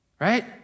right